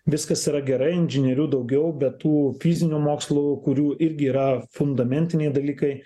viskas yra gerai inžinierių daugiau be tų fizinių mokslų kurių irgi yra fundamentiniai dalykai